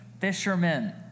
fishermen